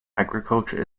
agriculture